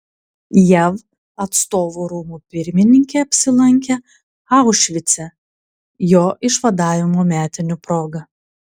jav atstovų rūmų pirmininkė apsilankė aušvice jo išvadavimo metinių proga